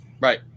right